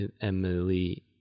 Emily